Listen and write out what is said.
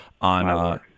on